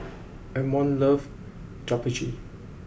Amon love Japchae